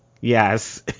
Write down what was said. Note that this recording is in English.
Yes